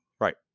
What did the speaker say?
Right